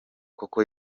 koko